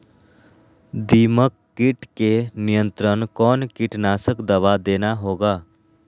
दीमक किट के नियंत्रण कौन कीटनाशक दवा देना होगा?